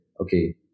okay